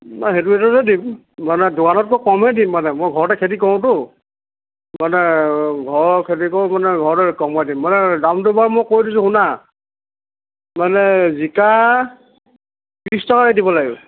বাও হেইটো ৰেটতে দিম দোকানত দোকানতকৈ কমে দিম মানে মই ঘৰতে খেতি কৰোঁতো মানে ঘৰৰ খেতি কৰোঁ মানে ঘৰতে কমাই দিম মানে দামটো বাও মই কৈ দিলো শুনা মানে জিকা ত্ৰিছ টকাকৈ দিব লাগিব